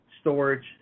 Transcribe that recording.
storage